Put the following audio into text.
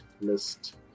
list